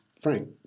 frank